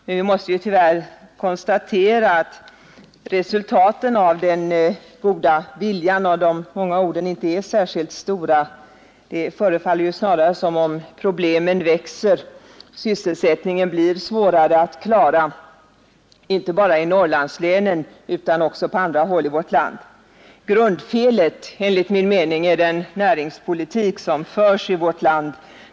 Tyvärr måste vi konstatera att resultaten av den goda viljan och de många orden inte är särskilt stora; snarare förefaller det som om problemen växer, sysselsättningen blir allt svårare att klara, inte bara i Norrlandslänen utan också på andra håll i vårt land. Grundfelet är enligt min mening den näringspolitik som förs i vårt land.